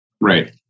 Right